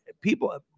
people